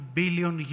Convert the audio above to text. billion